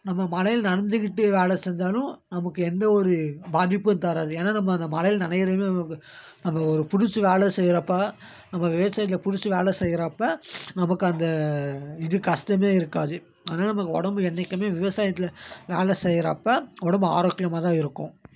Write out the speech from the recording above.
நம்ம மழையில் நனச்சிக்கிட்டே வேலை செஞ்சாலும் நமக்கு எந்த ஒரு பாதிப்பும் தராது ஏன்னா நம்ம அந்த மழையில் நனையிறதுமே நமக்கு நம்ம ஒரு பிடிச்ச வேலை செய்கிறப்ப நம்ம வேஸ்டேஜை பிடிச்சி வேலை செய்கிறப்ப நமக்கு அந்த இது கஷ்டம் இருக்காது அதனால் நமக்கு உடம்பு என்னைக்கும் விவசாயத்தில் வேலை செய்கிறப்ப உடம்பு ஆரோக்கியமாக தான் இருக்கும்